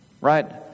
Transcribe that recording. Right